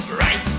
right